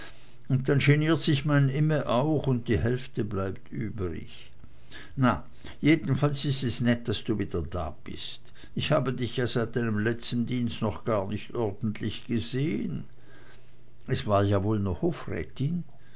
und dann geniert sich mein imme auch und die hälfte bleibt übrig na jedenfalls is es nett daß du wieder da bist ich habe dich ja seit deinem letzten dienst noch gar nicht ordentlich gesehen es war ja wohl